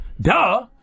Duh